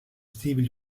steve